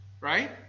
Right